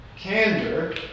candor